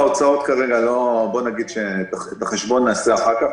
לגבי ההוצאות כרגע את החשבון נעשה אחר כך.